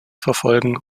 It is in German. verfolgen